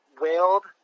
wailed